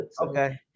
Okay